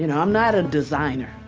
you know i'm not a designer,